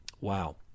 Wow